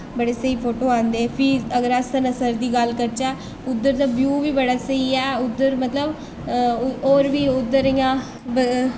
बड़े स्हेई फोटो औंदे फ्ही अगर अस सनासर दी गल्ल करचै उद्धर दा व्यू बी बड़ा स्हेई ऐ मतलब उद्धर होर बी उद्धर इ'यां